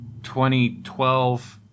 2012